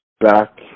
back